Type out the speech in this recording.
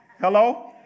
Hello